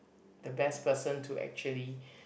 the best person to actually